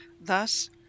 Thus